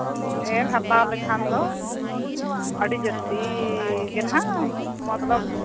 ᱰᱷᱮᱨ ᱦᱟᱛᱟᱣ ᱞᱮᱠᱷᱟᱱ ᱫᱚ ᱟᱹᱰᱤ ᱡᱟᱹᱥᱛᱤ ᱜᱮ ᱱᱟᱦᱟᱜ ᱢᱚᱛᱞᱚᱵᱽ